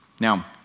Now